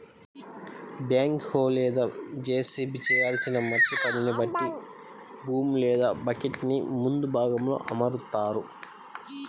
back hoe లేదా JCB చేయాల్సిన మట్టి పనిని బట్టి బూమ్ లేదా బకెట్టుని ముందు భాగంలో అమరుత్తారు